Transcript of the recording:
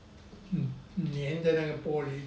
黏在那个玻璃